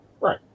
Right